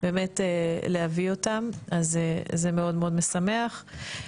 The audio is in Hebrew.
באמת להביא אותם, אז זה מאוד מאוד משמח.